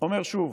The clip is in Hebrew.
אומר שוב,